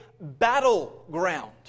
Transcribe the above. battleground